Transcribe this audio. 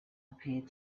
appeared